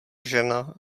žena